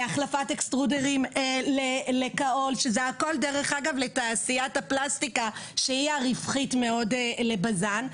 החלפת אקסטרודרים לכהול לתעשיית הפלסטיק הרווחית מאוד לבז"ן.